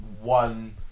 one